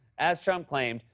as trump claimed,